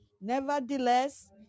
nevertheless